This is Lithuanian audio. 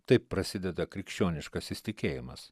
taip prasideda krikščioniškasis tikėjimas